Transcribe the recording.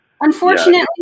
Unfortunately